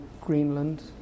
Greenland